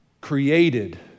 created